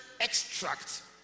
extract